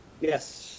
Yes